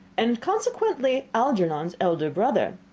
and consequently algernon's elder brother.